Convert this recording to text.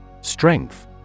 Strength